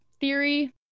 theory